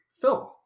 film